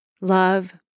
Love